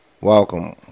welcome